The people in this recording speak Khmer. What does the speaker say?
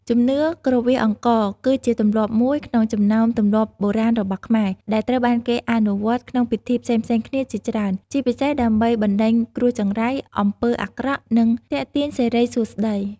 ជំនឿគ្រវាសអង្ករ គឺជាទម្លាប់មួយក្នុងចំណោមទម្លាប់បុរាណរបស់ខ្មែរ ដែលត្រូវបានគេអនុវត្តក្នុងពិធីផ្សេងៗគ្នាជាច្រើន ជាពិសេសដើម្បី បណ្ដេញគ្រោះចង្រៃ អំពើអាក្រក់ និងទាក់ទាញសិរីសួស្តី។